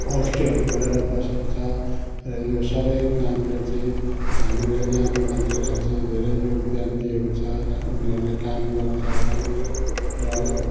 होमस्टेहरू खोलेर बसेको छ र यो सब कामले चाहिँ हामीलाई यहाँको मान्छेलाई चाहिँ धेरै योगदान दिएको छ र उनीहरूले काम गर्छ र र